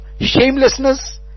shamelessness